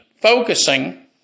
focusing